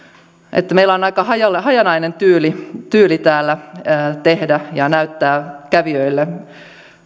että meillä on aika hajanainen hajanainen tyyli tyyli täällä tehdä ja näyttää kävijöille